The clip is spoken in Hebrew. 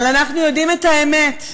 אבל אנחנו יודעים את האמת,